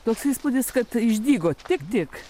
toks įspūdis kad išdygo tik tik